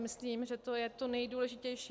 Myslím, že to je to nejdůležitější.